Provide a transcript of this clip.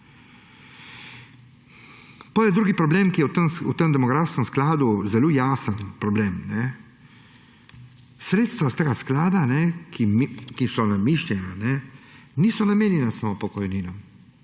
drugi problem, ki je v tem demografskem skladu zelo jasen problem. Sredstva tega sklada, ki so namišljena, niso namenjena samo pokojninam,